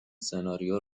سناریو